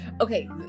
Okay